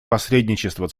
посредничества